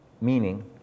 meaning